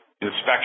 inspection